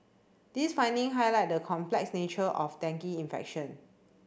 these finding highlight the complex nature of dengue infection